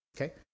Okay